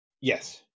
Yes